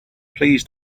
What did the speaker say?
please